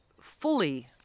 fully